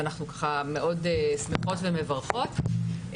אנחנו מאוד שמחות ומברכות.